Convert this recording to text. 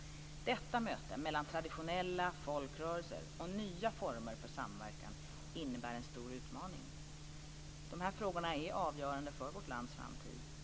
Detta möte mellan traditionella folkrörelser och nya former för samverkan innebär en stor utmaning. Dessa frågor är avgörande för vårt lands framtid.